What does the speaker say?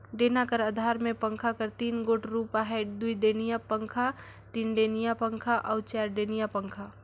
डेना कर अधार मे पंखा कर तीन गोट रूप अहे दुईडेनिया पखा, तीनडेनिया पखा अउ चरडेनिया पखा